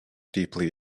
deeply